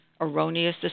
erroneous